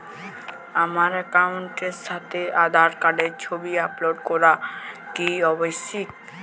আমার অ্যাকাউন্টের সাথে আধার কার্ডের ছবি আপলোড করা কি আবশ্যিক?